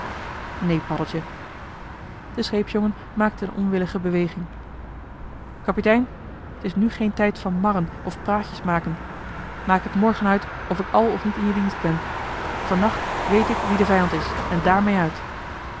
neen paddeltje de scheepsjongen maakte een onwillige beweging kapitein t is nu geen tijd van marren of praatjes maken maak het morgen uit of ik al of niet in je dienst ben vannacht weet ik wie de vijand is en daarmee uit